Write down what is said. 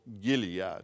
Gilead